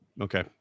okay